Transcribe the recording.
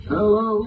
Hello